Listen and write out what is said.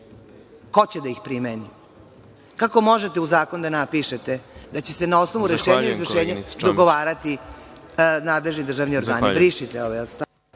Ko će da ih primeni? Kako možete u zakon da napišete da će se na osnovu rešenja izvršenje dogovarati nadležni državni organi. Brišite ove stavove.